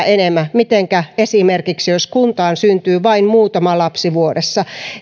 enemmän mitenkä esimerkiksi toimitaan jos kuntaan syntyy vain muutama lapsi vuodessa